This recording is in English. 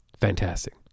Fantastic